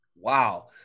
wow